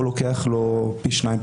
פה לוקח לו פי שניים,